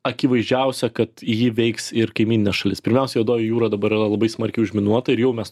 akivaizdžiausia kad ji veiks ir kaimynines šalis pirmiausia juodoji jūra dabar yra labai smarkiai užminuota ir jau mes